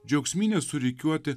džiaugsmyne surikiuoti